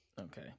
Okay